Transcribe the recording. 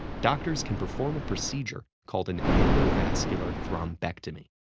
doctors can perform a procedure called an endovascular thrombectomy.